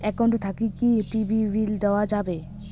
Account থাকি কি TV bill দেওয়া যাবে?